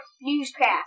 newscast